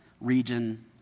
region